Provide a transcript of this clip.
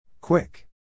Quick